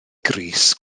grys